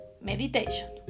meditation